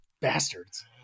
bastards